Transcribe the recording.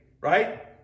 Right